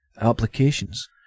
applications